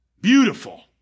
Beautiful